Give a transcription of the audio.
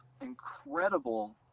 incredible